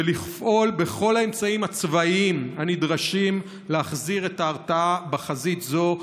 ולפעול בכל האמצעים הצבאיים הנדרשים להחזיר את ההרתעה בחזית זו,